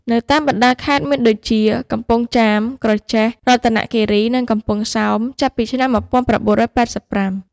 នៅតាមបណ្តាខេត្តមានដូចជា កំពង់ចាម ក្រចេះ រតនគិរី និងកំពង់សោម ចាប់ពីឆ្នាំ១៩៨៥។